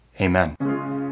Amen